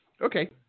Okay